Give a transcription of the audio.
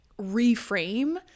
reframe